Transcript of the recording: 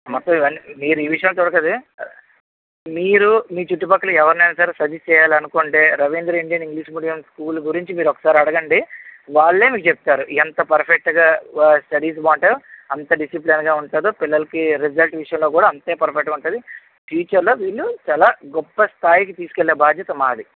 మొత్తం ఇవన్నీ మీరు ఈ విషయం చూడక్కర్లేదు మీరు మీ చుట్టు పక్కల ఎవరినైనా సరే సజెస్ట్ చేయాలనుకుంటే Ravindra Indian English medium school గురించి మీరు ఒకసారి అడగండి వాళ్లే మీకు చెప్తారు ఎంత పర్ఫెక్టు గా స్టడీస్ బాగుంటాయో అంత డిసిప్లైన్ గా ఉంటుందో పిల్లలకి రిజల్ట్ విషయంలో కూడా అంతే పెర్ఫెక్టు గా ఉంటుంది ఫ్యూచర్ లో వీళ్ళు చాలా గొప్ప స్థాయికి తీసుకెళ్లే బాధ్యత మాది